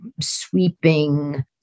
sweeping